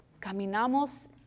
caminamos